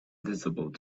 visible